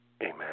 amen